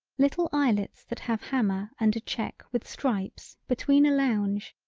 little eyelets that have hammer and a check with stripes between a lounge,